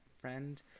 friend